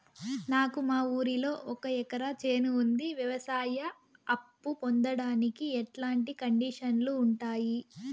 నాకు మా ఊరిలో ఒక ఎకరా చేను ఉంది, వ్యవసాయ అప్ఫు పొందడానికి ఎట్లాంటి కండిషన్లు ఉంటాయి?